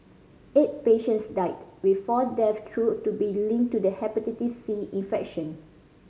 eight patients died with four deaths thought to be linked to the Hepatitis C infection